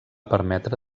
permetre